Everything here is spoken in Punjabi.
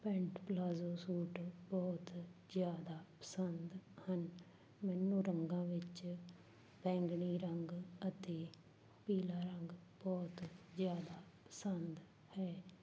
ਪੈਂਟ ਪਲਾਜੋ ਸੂਟ ਬਹੁਤ ਜ਼ਿਆਦਾ ਪਸੰਦ ਹਨ ਮੈਨੂੰ ਰੰਗਾਂ ਵਿੱਚ ਬੈਂਗਣੀ ਰੰਗ ਅਤੇ ਪੀਲਾ ਰੰਗ ਬਹੁਤ ਜ਼ਿਆਦਾ ਪਸੰਦ ਹੈ